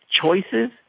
choices